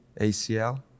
ACL